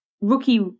rookie